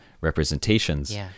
representations